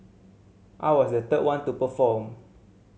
I was the third one to perform